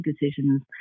decisions